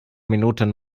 minuten